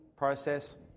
process